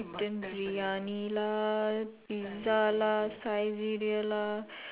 mutton briyani lah pizza lah Saizeriya lah